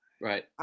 Right